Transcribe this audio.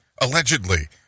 allegedly